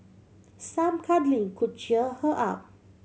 some cuddling could cheer her up